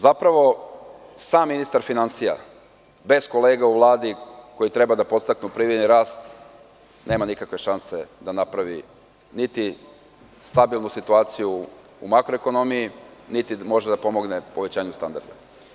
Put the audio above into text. Zapravo, sam ministar finansija, bez kolega u Vladi koji treba da podstaknu privredni rast, nema nikakve šanse da napravi niti stabilnu situaciju u makroekonomiji, niti može da pomogne povećanje standarda.